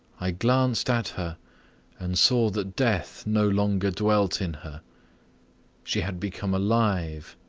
i glanced at her and saw that death no longer dwelt in her she had become alive,